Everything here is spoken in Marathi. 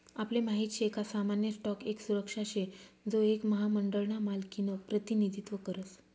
आपले माहित शे का सामान्य स्टॉक एक सुरक्षा शे जो एक महामंडळ ना मालकिनं प्रतिनिधित्व करस